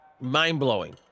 mind-blowing